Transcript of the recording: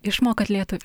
išmokot lietuvi